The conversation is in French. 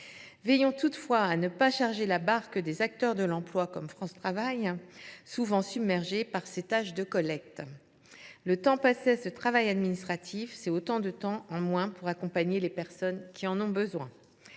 Veillons toutefois à ne pas charger la barque des acteurs de l’emploi, comme France Travail, qui sont trop souvent submergés par ces tâches de collecte. Le temps passé à ce travail administratif, c’est autant de temps en moins pour accompagner les personnes qui en ont besoin.